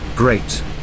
Great